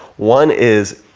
one is,